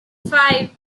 five